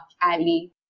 alley